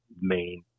main